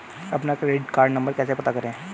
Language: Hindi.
अपना क्रेडिट कार्ड नंबर कैसे पता करें?